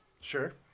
Sure